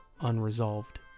unresolved